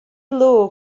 low